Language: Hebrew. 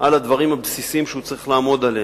על הדברים הבסיסיים שהוא היה צריך לעמוד עליהם.